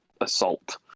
assault